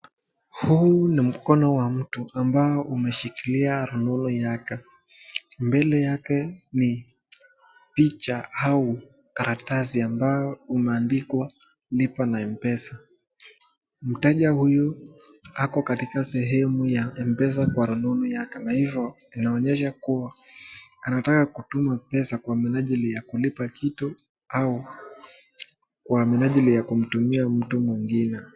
Huu ni mkono wa mtu ambao umeshikilia rununu yake. Mbele yake ni picha au karatasi ambaeo umeandikwa lipa na Mpesa. Mteja huyu ako katika sehemu ya mpesa kwa rununu yake na hivo inaonyesha kua anataka kutuma pesa kwa minajili ya kulipa kitu au kwa minajili ya kumtumia mtu mwingine.